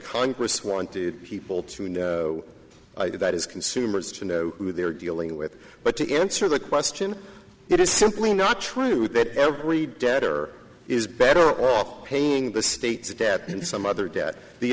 congress wanted people to know that as consumers to know who they're dealing with but to answer the question it is simply not true that every debtor is better off paying the state stepped in some other debt the